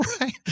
right